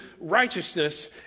righteousness